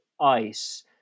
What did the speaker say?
ice